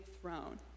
throne